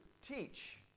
teach